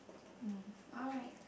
mm alright